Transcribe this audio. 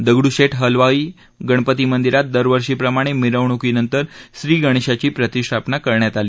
दगडुशेठ हलवाई गणपती मंदीरात दरवर्षीप्रमाणे मिरवणुकीनंतर श्री गणेशाची प्राणप्रतिष्ठा करण्यात आली